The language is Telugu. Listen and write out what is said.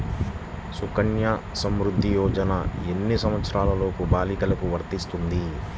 సుకన్య సంవృధ్ది యోజన ఎన్ని సంవత్సరంలోపు బాలికలకు వస్తుంది?